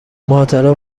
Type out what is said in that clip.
ماجرا